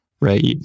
right